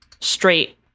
straight